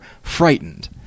frightened